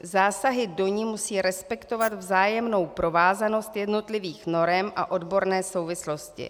Zásahy do ní musí respektovat vzájemnou provázanost jednotlivých norem a odborné souvislosti.